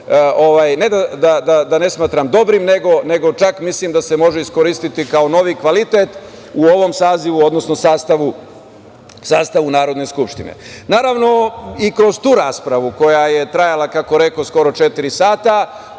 ne da ne smatram dobrim, nego čak mislim da se može iskoristiti kao novi kvalitet u ovom sazivu, odnosno sastavu Narodne skupštine. Naravno, i kroz tu raspravu koja je trajala, kako rekoh, skoro četiri sata,